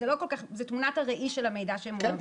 זו תמונת הראי של המידע שמועבר.